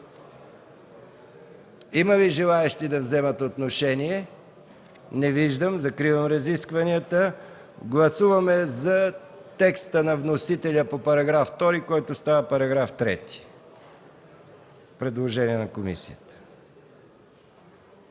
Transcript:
Има ли желаещи да вземат отношение? Не виждам. Закривам разискванията. Гласуваме текста на вносителя за § 2, който става § 3 по предложение на комисията.